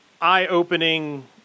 eye-opening